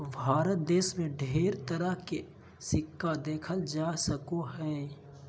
भारत देश मे ढेर तरह के सिक्का देखल जा सको हय